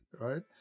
right